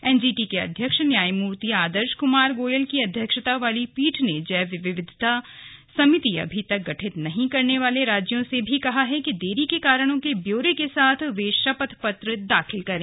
NGT के अध्यक्ष न्यायमूर्ति आदर्श क्मार गोयल की अध्यक्षता वाली पीठ ने जैव विविधता समिति अभी तक गठित नहीं करने वाले राज्यों से भी कहा है कि देरी के कारणों के ब्यौरे के साथ वे शपथ पत्र दाखिल करें